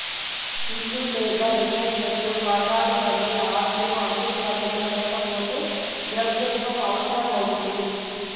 ఇల్లు లేదా రిటైర్మంటు కాతాలవంటి ఆస్తులు అందుబాటులో లేకపోతే ద్రవ్యత్వం అవసరం అవుతుంది